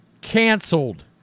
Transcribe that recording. canceled